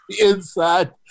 Inside